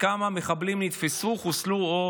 וכמה מחבלים נתפסו, חוסלו או